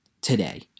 today